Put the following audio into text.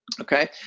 okay